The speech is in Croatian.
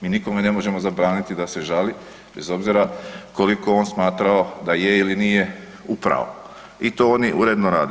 Mi nikome ne možemo zabraniti da se žali bez obzira koliko on smatrao da je ili nije u pravu, i to oni uredno rade.